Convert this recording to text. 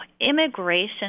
Immigration